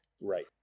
Right